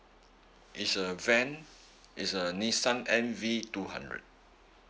it's a van is a nissan N_V two hundred